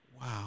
Wow